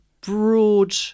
broad